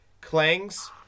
clangs